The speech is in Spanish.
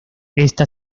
ésta